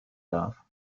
darf